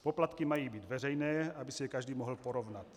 Poplatky mají být veřejné, aby si je každý mohl porovnat.